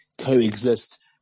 coexist